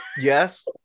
yes